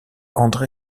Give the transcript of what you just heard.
andré